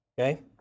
okay